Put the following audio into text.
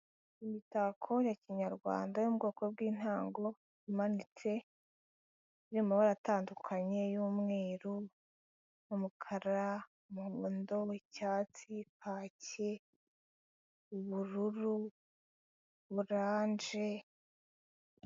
Imitako ya kinyarwanda yo mu bwoko bw'intango imanitse iri mu mabara atandukanye y'umweru n'umukara, umuhondo, icyatsi kaki, ubururu, orange.